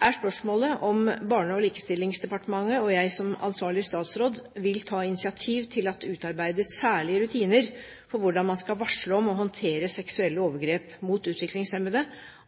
er det spørsmålet om Barne- og likestillingsdepartementet, og jeg som ansvarlig statsråd, vil ta initiativ til at det utarbeides særlige rutiner for hvordan man skal varsle om og håndtere seksuelle overgrep mot utviklingshemmede,